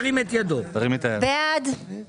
מי נגד?